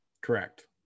Correct